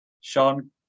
Sean